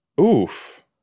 Oof